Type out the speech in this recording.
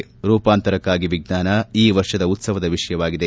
ರೂಪಾಂತರಕ್ಕಾಗಿ ವಿಜ್ಞಾನ ಈ ವರ್ಷದ ಉತ್ಸವದ ವಿಷಯವಾಗಿದೆ